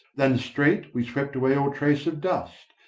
than straight we swept away all trace of dust,